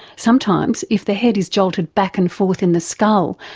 sometimes if the head is jolted back and forth in the skull,